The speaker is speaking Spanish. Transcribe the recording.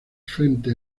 frente